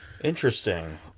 Interesting